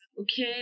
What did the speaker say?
okay